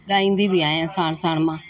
ॻाईंदी बि आहियां साण साण मां